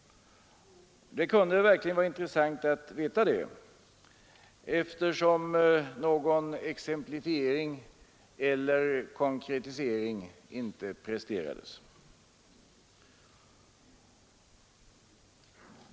Det kunde verkligen vara intressant att veta det, eftersom någon exemplifiering eller konkretisering inte presterades.